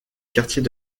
quartier